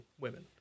women